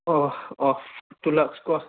ꯑꯣ ꯑꯣ ꯇꯨ ꯂꯥꯛꯁꯀꯣ